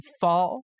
fall